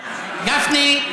גפני,